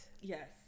Yes